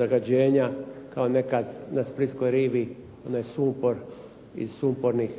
zagađenja kao nekad na splitskoj rivi onaj sumpor i sumpornih